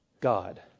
God